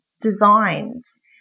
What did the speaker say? designs